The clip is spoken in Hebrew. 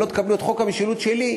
אם לא תקבלו את חוק המשילות שלי,